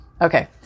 Okay